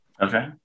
Okay